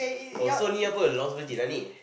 oh so